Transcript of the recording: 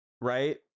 right